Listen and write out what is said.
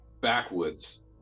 backwoods